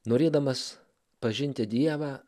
norėdamas pažinti dievą